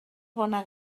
bona